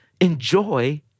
enjoy